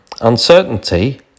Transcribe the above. Uncertainty